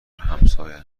همساین